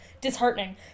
disheartening